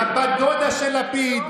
אתם מושחתים,